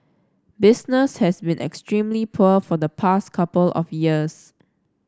business has been extremely poor for the past couple of years